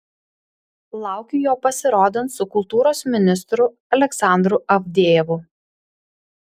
laukiu jo pasirodant su kultūros ministru aleksandru avdejevu